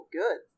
good